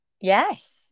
Yes